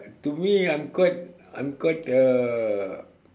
to me I'm quite I'm quite uh